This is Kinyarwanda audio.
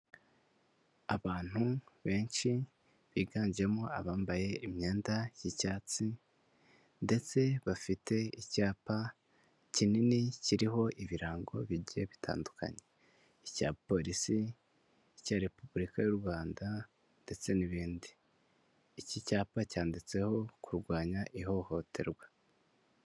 Abantu benshi biganjemo abambaye imyenda y'icyatsi ndetse bafite icyapa kinini kiriho ibirango bigiye bitandukanye, icya polisi, icya Repubulika y'u Rwanda ndetse n'ibindi, iki cyapa cyanditseho kurwanya ihohoterwa.